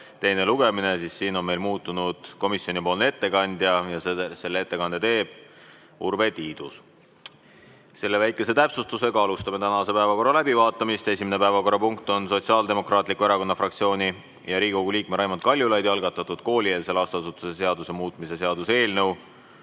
teisel lugemisel, on meil muutunud komisjoni ettekandja. Selle ettekande teeb Urve Tiidus. Pärast seda väikest täpsustust alustame tänase päevakorra läbivaatamist. Esimene päevakorrapunkt on Sotsiaaldemokraatliku Erakonna fraktsiooni ja Riigikogu liikme Raimond Kaljulaidi algatatud koolieelse lasteasutuse seaduse muutmise seaduse eelnõu